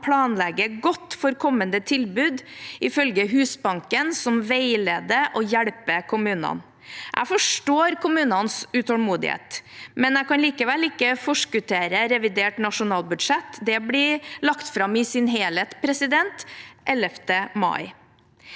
planlegger godt for kommende tilbud ifølge Husbanken, som veileder og hjelper kommunene. Jeg forstår kommunenes utålmodighet, men kan likevel ikke forskuttere revidert nasjonalbudsjett. Det blir lagt fram i sin helhet 11. mai.